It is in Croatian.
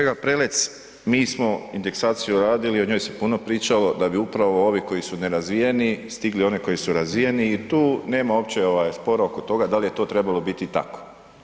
Kolega Prelec, mi smo indeksaciju radili, o njoj se puno pričalo da bi upravo ovi koji su nerazvijeni stigli one koji su razvijeni i tu nema uopće spora oko toga da li je to trebalo biti tako.